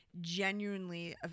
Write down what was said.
genuinely